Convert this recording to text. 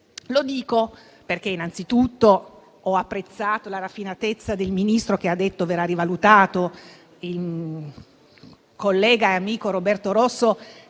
Lo dico innanzitutto perché ho apprezzato la raffinatezza del Ministro che ha detto che verrà rivalutato. Il collega e amico Roberto Rosso